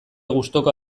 gustuko